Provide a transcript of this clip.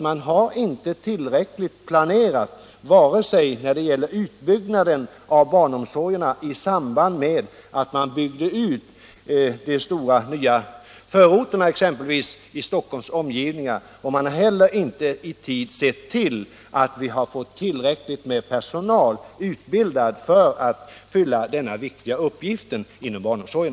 Man har inte tillräckligt planerat utbyggnaden av barnomsorgen, exempelvis i samband med uppförandet av de nya stora förorterna i Stockholms omgivningar, och man har heller inte i tid sörjt för att personalutbildningen är tillräcklig för att vi skall kunna fylla denna viktiga uppgift inom barnomsorgen.